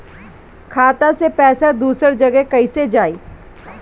खाता से पैसा दूसर जगह कईसे जाई?